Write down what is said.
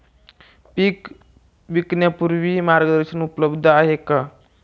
पीक विकण्यापूर्वी मार्गदर्शन उपलब्ध आहे का?